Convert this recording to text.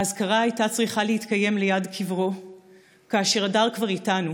האזכרה הייתה צריכה להתקיים ליד קברו כאשר הדר כבר איתנו.